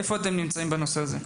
איפה אתם נמצאים בנושא הזה?